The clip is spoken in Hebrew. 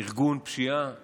ארגון פשיעה